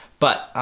but